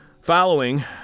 Following